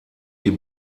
die